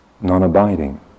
non-abiding